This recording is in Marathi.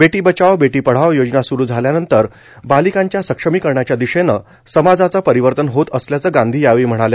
बेटी बचाओ बेटी पढाओ योजना सुरु झाल्यानंतर बालिकांच्या सक्षमीकरणाच्या दिशेनं समाजाचं परिवर्तन होत असल्याचं गांधी यावेळी म्हणाल्या